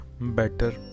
better